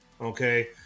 Okay